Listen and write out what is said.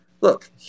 look